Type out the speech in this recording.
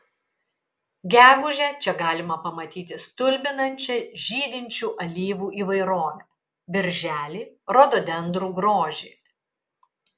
gegužę čia galima pamatyti stulbinančią žydinčių alyvų įvairovę birželį rododendrų grožį